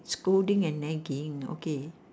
scolding and nagging okay